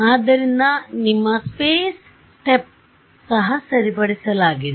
ಆದ್ದರಿಂದ ನಿಮ್ಮ space step ಸಹ ಸರಿಪಡಿಸಲಾಗಿದೆ